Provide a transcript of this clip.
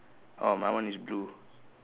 oh my one is blue